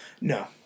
No